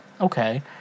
okay